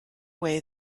way